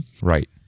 Right